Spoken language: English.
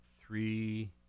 three